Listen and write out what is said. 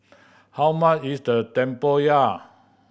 how much is the tempoyak